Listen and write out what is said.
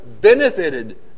benefited